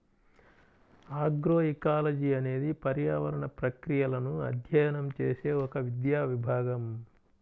agroecology అనేది పర్యావరణ ప్రక్రియలను అధ్యయనం చేసే ఒక విద్యా విభాగం